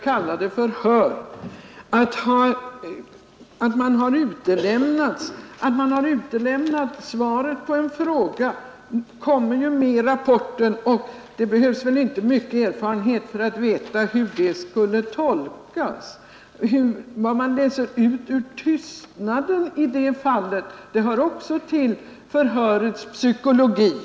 Även det förhållandet att vederbörande har utelämnat svaret på en fråga kommer ju med i rapporten. Det behövs inte stor erfarenhet för att veta hur det skulle kunna tolkas. Också vad man läser ut ur tystnaden i ett sådant fall hör till förhörets psykologi.